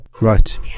right